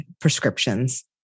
prescriptions